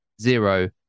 zero